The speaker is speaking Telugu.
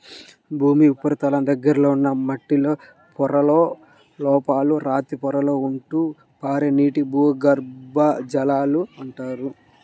భూమి ఉపరితలం దగ్గరలో ఉన్న మట్టిలో పొరలలో, లోపల రాతి పొరలలో ఉంటూ పారే నీటిని భూగర్భ జలం అంటారు